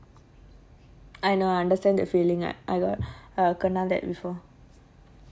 I know I understand the feeling I I got err kena that before